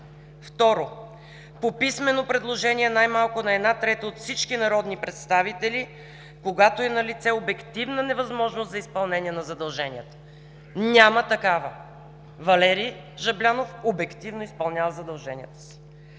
Второ, по писмено предложение най-малко на една трета от всички народни представители, когато е налице обективна невъзможност за изпълнение на задълженията – няма такава. Валери Жаблянов обективно изпълнява задълженията си.